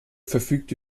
verfügte